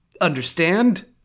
understand